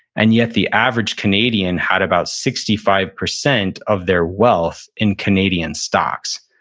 and yet, the average canadian had about sixty five percent of their wealth in canadian stocks.